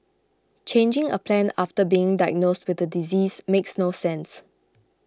changing a plan after being diagnosed with the disease makes no sense